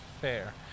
fair